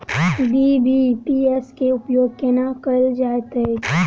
BBPS केँ उपयोग केना कएल जाइत अछि?